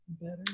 Better